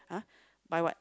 !huh! buy what